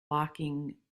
locking